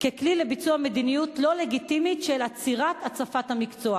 ככלי לביצוע מדיניות לא לגיטימית של עצירת הצפת המקצוע,